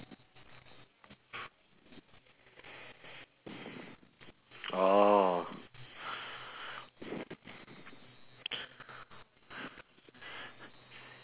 orh